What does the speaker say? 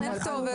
אין להם כתובת.